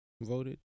Voted